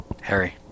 Harry